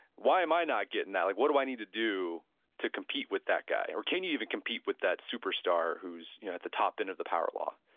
why am i not getting that? like what do i need to do to compete with that guy, or can you even compete with that superstar who's you know at the top end of the power law?